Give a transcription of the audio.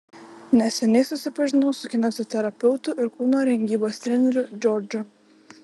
neseniai susipažinau su kineziterapeutu ir kūno rengybos treneriu džordžu